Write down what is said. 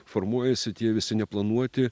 formuojasi tie visi neplanuoti